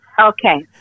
Okay